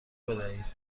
بدهید